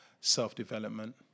self-development